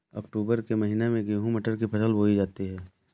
अक्टूबर के महीना में गेहूँ मटर की फसल बोई जाती है